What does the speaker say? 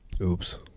Oops